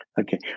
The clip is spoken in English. Okay